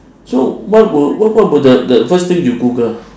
so what will what what will the the first thing you google